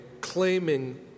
claiming